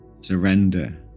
surrender